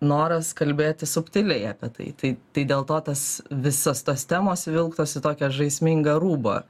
noras kalbėti subtiliai apie tai tai tai dėl to tas visas tos temos įvilktos į tokią žaismingą rūbą